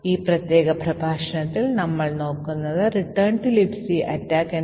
അത് ഒരു പ്രത്യേക റാൻഡം സ്റ്റോറിൽ നിന്ന് കംപൈലർ ഫിക്സ് ചെയ്തു ഇവിടെ ചേർക്കുന്നു